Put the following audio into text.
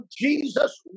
Jesus